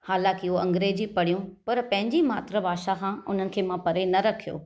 ह़ालांकि उहे अंग्रेज़ी पढ़ियूं पर पंहिंजी मात्र भाषा खां उन्हनि खे मां परे न रखियो